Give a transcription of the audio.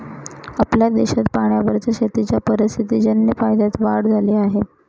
आपल्या देशात पाण्यावरच्या शेतीच्या परिस्थितीजन्य फायद्यात वाढ झाली आहे